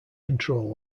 control